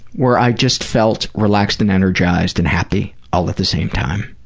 where i just felt relaxed and energized and happy all at the same time.